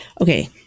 Okay